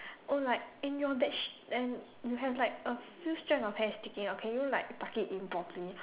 oh like and your badge and you have like a few strand of hair sticking out can you like tuck it in properly